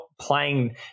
playing